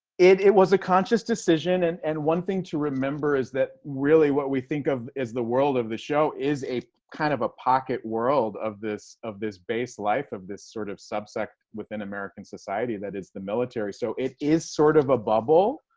it it was a conscious decision. and and one thing to remember is that really, what we think of as the world of the show is a kind of a pocket world of this of this base life of this sort of subsect within american society that is the military. so it is sort of a bubble.